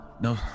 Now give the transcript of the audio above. No